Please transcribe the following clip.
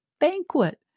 banquet